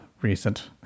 recent